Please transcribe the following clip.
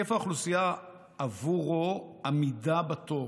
היקף האוכלוסייה שעבורו עמידה בתור